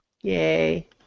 Yay